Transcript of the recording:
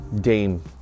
Dame